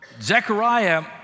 Zechariah